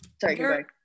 Sorry